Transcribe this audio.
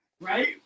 Right